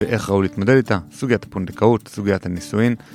ואיך ראוי להתמודד איתה, סוגיית הפונדקאות, סוגיית הנישואין